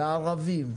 לערבים,